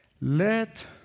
Let